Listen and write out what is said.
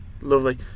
lovely